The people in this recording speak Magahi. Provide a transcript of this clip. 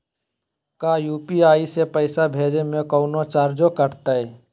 का यू.पी.आई से पैसा भेजे में कौनो चार्ज कटतई?